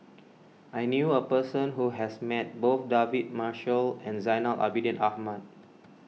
I knew a person who has met both David Marshall and Zainal Abidin Ahmad